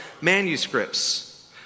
manuscripts